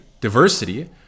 diversity